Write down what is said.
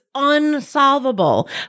unsolvable